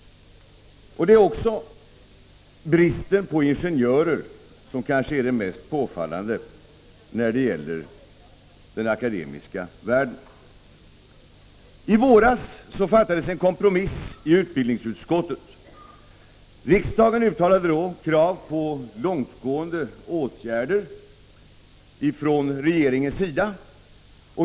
Bristen på ingenjörer är kanske det som är mest påfallande i den akademiska världen. I våras fattades ett kompromissbeslut i utbildningsutskottet. Riksdagen uttalade då krav på långtgående åtgärder från regeringens sida.